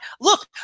Look